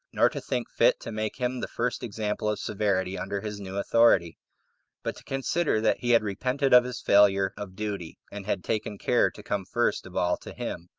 nor to think fit to make him the first example of severity under his new authority but to consider that he had repented of his failure of duty, and had taken care to come first of all to him.